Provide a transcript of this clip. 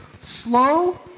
slow